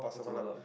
pasar malam